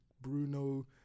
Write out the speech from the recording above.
Bruno